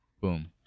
Boom